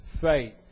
faith